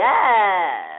Yes